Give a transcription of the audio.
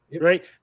right